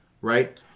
right